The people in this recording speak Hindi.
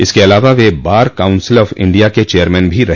इसके अलावा वे बार काउंसिल ऑफ इंडिया के चेयरमैन भी रहे